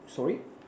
sorry